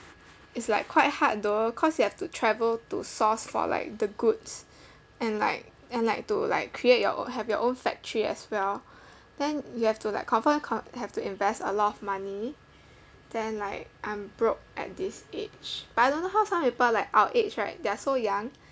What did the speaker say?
it's like quite hard though cause you have to travel to source for like the goods and like and like to like create your o~ have your own factory as well then you have to like confirm con~ have to invest a lot of money then like I'm broke at this age but I don't know how some people like our age right they're so young